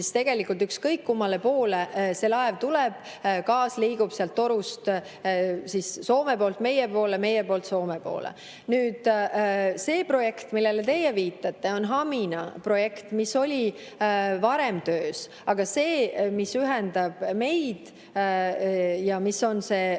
tegelikult on ükskõik, kummale poole see laev tuleb, gaas liigub seal torus Soome poolt meie poole ja meie poolt Soome poole. See projekt, millele teie viitate, on Hamina projekt, mis oli varem töös. Aga see, mis ühendaks meid ja mis on see